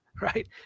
right